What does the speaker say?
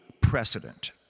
precedent